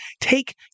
take